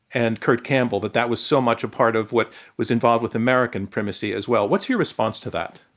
and kurt campbell, that that was so much a part of what was involved with american primacy as well. what's your response to that?